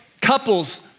couples